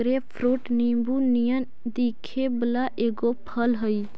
grapefruit नींबू नियन दिखे वला एगो फल हई